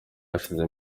hashize